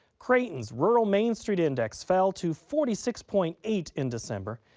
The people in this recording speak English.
creighton's rural mainstreet index fell to forty six point eight in december,